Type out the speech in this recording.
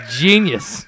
genius